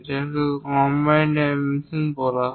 যাকে combined dimension বলা হয়